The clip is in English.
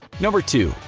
number two.